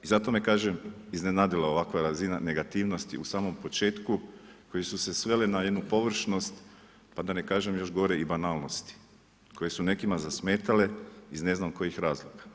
I zato me, kažem, iznenadila ovakva razina negativnosti u samom početku koje su se svele na jednu površnost, pa da ne kažem još gore i banalnosti koje su nekima zasmetale iz ne znam kojih razloga.